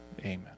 amen